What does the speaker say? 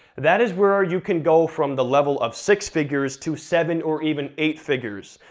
that is where you can go from the level of six figures to seven or even eight figures.